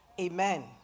Amen